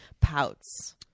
pouts